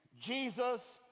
Jesus